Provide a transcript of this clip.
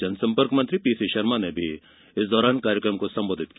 जनसंपर्क मंत्री पीसी शर्मा ने भी कार्यक्रम को संबोधित किया